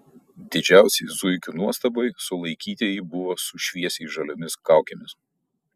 didžiausiai zuikių nuostabai sulaikytieji buvo su šviesiai žaliomis kaukėmis